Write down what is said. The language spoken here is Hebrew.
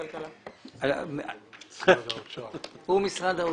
שלכם, משרד האוצר.